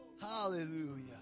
Hallelujah